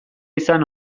izan